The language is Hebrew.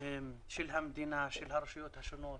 למדינה ולרשויות השונות